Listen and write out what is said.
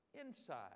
Inside